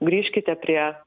grįžkite prie